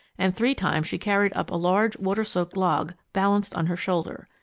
and three times she carried up a large, water-soaked log balanced on her shoulder.